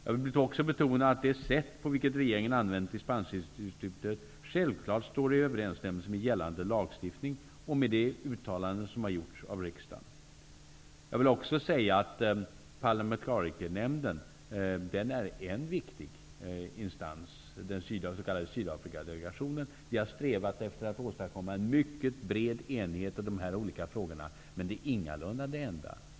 Jag vill också betona att det sätt på vilket regeringen använder dispensinstitutet självfallet står i överensstämmelse med gällande lagstiftning och de uttalanden som har gjorts av riksdagen. En viktig instans är parlamentarikernämnden, dvs. den s.k. Sydafrikadelegationen. Vi har strävat efter att åstadkomma en mycket bred enighet i dessa olika frågor, men det är ingalunda det enda.